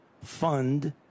fund